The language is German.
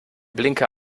blinker